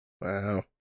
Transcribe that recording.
wow